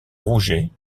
rouget